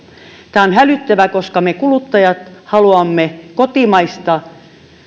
on hälyttävää koska me kuluttajat haluamme kotimaista